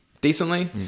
decently